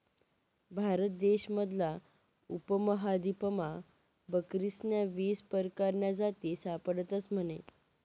भारत देश मधला उपमहादीपमा बकरीस्न्या वीस परकारन्या जाती सापडतस म्हने